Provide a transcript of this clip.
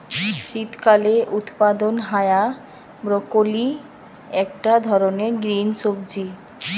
শীতকালে উৎপাদন হায়া ব্রকোলি একটা ধরণের গ্রিন সবজি